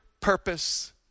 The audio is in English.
purpose